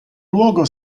luogo